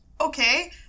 Okay